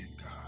God